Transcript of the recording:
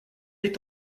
est